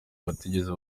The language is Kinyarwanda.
batigeze